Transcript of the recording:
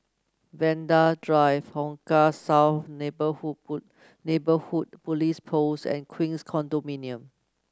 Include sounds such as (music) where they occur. Vanda Drive Hong Kah South Neighbourhood (unintelligible) Neighbourhood Police Post and Queens Condominium